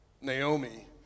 Naomi